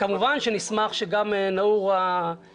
כמובן שנשמח שגם נאעורה ייהנו מטיפול הולם.